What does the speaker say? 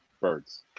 Birds